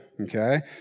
okay